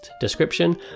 description